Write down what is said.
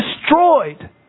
Destroyed